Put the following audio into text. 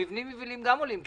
המבנים היבילים גם עולים כסף.